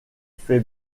fait